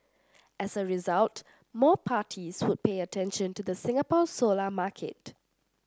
as a result more parties would pay attention to the Singapore solar market